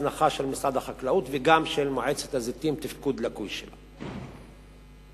בגלל הזנחה של משרד החקלאות וגם תפקוד לקוי של מועצת הזיתים.